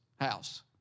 house